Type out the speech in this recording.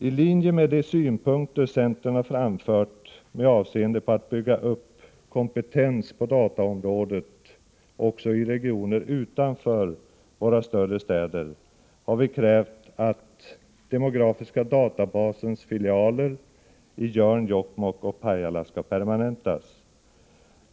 I linje med de synpunkter centern har framfört med avseende på att bygga upp kompetens på dataområdet också i regioner utanför våra större städer har vi krävt att demografiska databasens filialer i Jörn, Jokkmokk och Pajala skall permanentas.